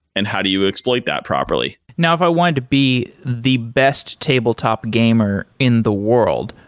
and how do you exploit that properly? now, if i wanted to be the best tabletop gamer in the world,